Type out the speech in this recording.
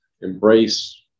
embrace